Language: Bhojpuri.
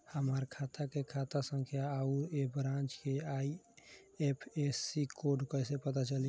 हमार खाता के खाता संख्या आउर ए ब्रांच के आई.एफ.एस.सी कोड कैसे पता चली?